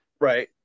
Right